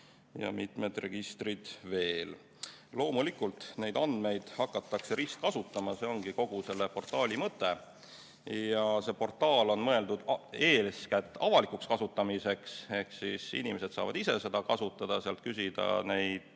ja mitmed registrid veel. Loomulikult, neid andmeid hakatakse ristkasutama, see ongi kogu selle portaali mõte. Ja see portaal on mõeldud eeskätt avalikuks kasutamiseks, st inimesed saavad ise seda kasutada, küsida sealt